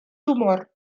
tumor